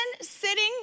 sitting